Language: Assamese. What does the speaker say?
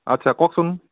আচ্ছা কওকচোন